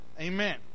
amen